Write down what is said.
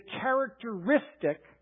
characteristic